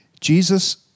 Jesus